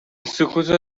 سکوتو